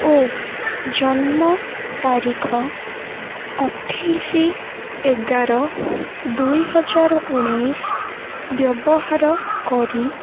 ଓ ଜନ୍ମ ତାରିଖ ଅଠେଇଶି ଏଗାର ଦୁଇ ହଜାର ଉଣେଇଶି ବ୍ୟବହାର କରି